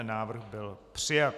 Návrh byl přijat.